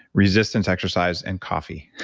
resistance exercise, and coffee.